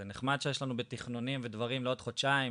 זה נחמד שיש לנו בתכנונים ודברים לעוד חודשיים,